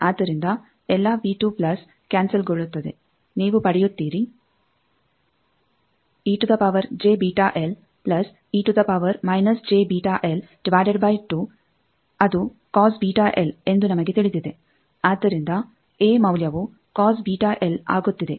ಆದ್ದರಿಂದ ಎಲ್ಲಾ ಕ್ಯಾನ್ಸೆಲ್ಗೊಳ್ಳುತ್ತದೆ ನೀವು ಪಡೆಯುತ್ತೀರಿ ಆದ್ದರಿಂದ ಎ ಮೌಲ್ಯವು ಆಗುತ್ತಿದೆ